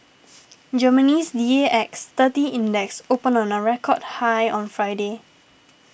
Germany's D A X thirty Index opened on a record high on Friday